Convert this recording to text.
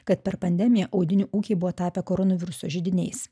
kad per pandemiją audinių ūkiai buvo tapę koronaviruso židiniais